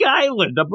Island